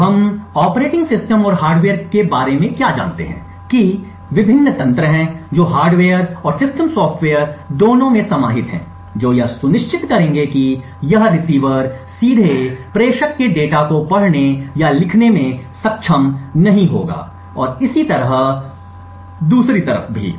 तो हम operating system और हार्डवेयर के बारे में क्या जानते हैं कि विभिन्न तंत्र हैं जो हार्डवेयर और सिस्टम सॉफ्टवेयर दोनों में समाहित हैं जो यह सुनिश्चित करेंगे कि यह रिसीवर सीधे प्रेषक के डेटा को पढ़ने या लिखने में सक्षम नहीं होगा और इसी तरह उल्टा भी